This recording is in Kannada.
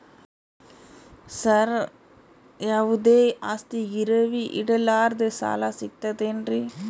ಸರ, ಯಾವುದು ಆಸ್ತಿ ಗಿರವಿ ಇಡಲಾರದೆ ಸಾಲಾ ಸಿಗ್ತದೇನ್ರಿ?